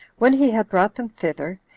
when he had brought them thither,